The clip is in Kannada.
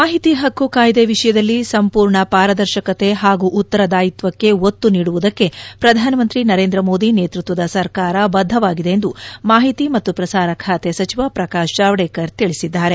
ಮಾಹಿತಿ ಹಕ್ಕು ಕಾಯಿದೆ ವಿಷಯದಲ್ಲಿ ಸಂಪೂರ್ಣ ಪಾರದರ್ಶಕತೆ ಹಾಗೂ ಉತ್ತರದಾಯಿತ್ವಕ್ಕೆ ಒತ್ತು ನೀಡುವುದಕ್ಕೆ ಪ್ರಧಾನಮಂತ್ರಿ ನರೇಂದ್ರ ಮೋದಿ ನೇತೃತ್ವದ ಸರಕಾರ ಬದ್ದವಾಗಿದೆ ಎಂದು ಮಾಹಿತಿ ಮತ್ತು ಪ್ರಸಾರ ಖಾತೆ ಸಚಿವ ಪ್ರಕಾಶ್ ಜಾವದೇಕರ್ ತಿಳಿಸಿದ್ದಾರೆ